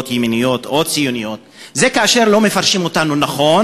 ימניות או ציוניות זה כאשר לא מפרשים אותנו נכון,